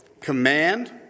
command